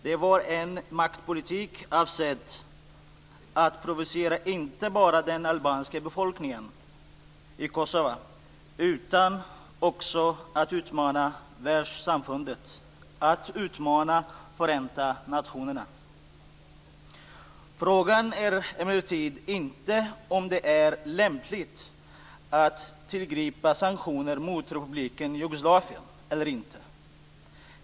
Det var en maktpolitik avsedd inte bara att provocera den albanska befolkningen i Kosova, utan också att utmana världssamfundet - att utmana Förenta nationerna. Frågan är emellertid inte om det är lämpligt att tillgripa sanktioner mot Republiken Jugoslavien eller inte.